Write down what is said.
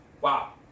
Wow